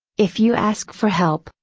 if you ask for help,